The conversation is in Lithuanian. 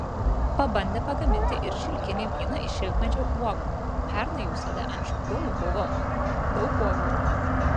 pabandė pagaminti ir šilkinį vyną iš šilkmedžių uogų pernai jų sode ant šių krūmų buvo daug uogų